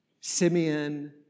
Simeon